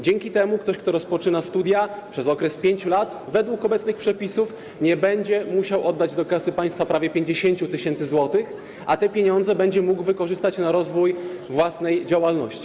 Dzięki temu ktoś, kto rozpoczyna studia, przez 5 lat - według obecnych przepisów - nie będzie musiał oddać do kasy państwa prawie 50 tys. zł, a te pieniądze będzie mógł wykorzystać na rozwój własnej działalności.